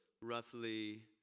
roughly